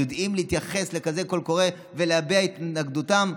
יודעים להתייחס לכזה קול קורא ולהביע את התנגדותם?